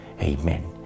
Amen